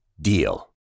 DEAL